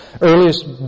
earliest